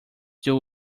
due